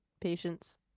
patience